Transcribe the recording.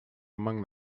among